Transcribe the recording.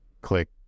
click